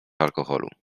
alkoholu